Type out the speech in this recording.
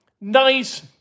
nice